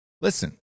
Listen